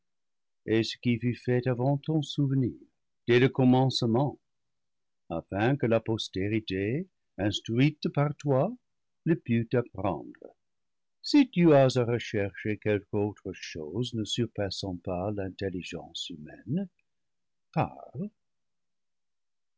et ce qui fut fait avant ton souvenir dès le commencement afin que la postérité instruite par toi le pût apprendre si tu as à rechercher quelque autre chose ne surpassant pas l'intelligence humaine